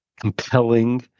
compelling